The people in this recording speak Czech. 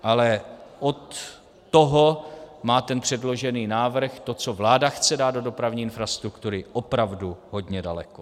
Ale od toho má ten předložený návrh, to, co vláda chce dát do dopravní infrastruktury, opravdu hodně daleko.